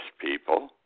people